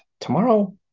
tomorrow